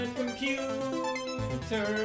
computer